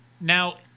Now